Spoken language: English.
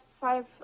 five